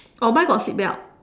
oh mine got seat belt